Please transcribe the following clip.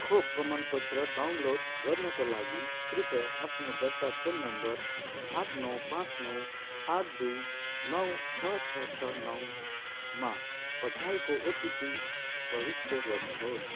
खोप प्रमाणपत्र डाउनलोड गर्नका लागि कृपया आफ्नो दर्ता फोन नम्बर आठ नौ पाँच नौ आठ दुई नौ छ छ छ नौमा पठाएको ओटिपी प्रविष्ट गर्नुहोस्